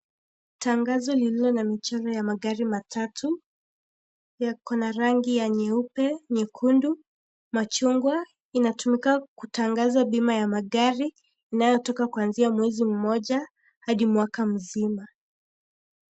Tangazo lililo na michoro ya magari matatu yako na rangi ya nyeupe , nyekundu machungwa inatumika kutangaza bima ya magari inayo toka kuanzia mwezi moja hadi mwaka mzima.